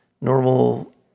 normal